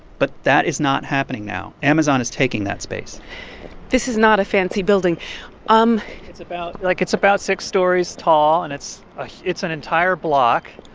but that is not happening now. amazon is taking that space this is not a fancy building um it's about like, it's about six stories tall, and it's ah it's an entire block.